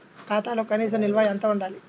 ఖాతాలో కనీస నిల్వ ఎంత ఉండాలి?